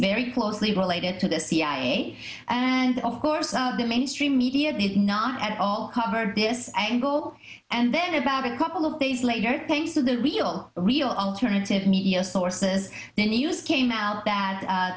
very closely related to the cia and of course of the mainstream media is not at all covered this angle and then about a couple of days later thanks to the real real alternative media sources the news came out that